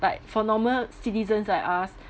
but for normal citizens like us